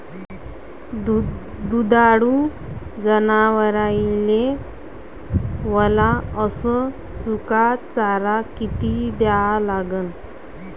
दुधाळू जनावराइले वला अस सुका चारा किती द्या लागन?